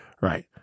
right